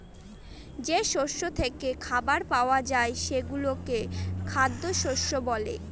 যে শস্য থেকে খাবার পাওয়া যায় সেগুলোকে খ্যাদ্যশস্য বলে